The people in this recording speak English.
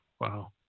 Wow